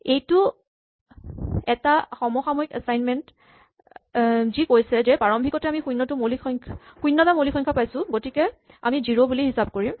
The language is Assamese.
এইটো এটা সমসাময়িক এচাইনমেন্ট যি কৈছে যে প্ৰাৰম্বিকতে আমি শূণ্যটা মৌলিক সংখ্যা পাইছো গতিকে আমি জিৰ' বুলি হিচাপ কৰিম